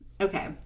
Okay